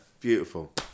Beautiful